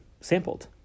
sampled